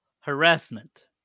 Harassment